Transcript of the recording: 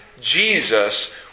Jesus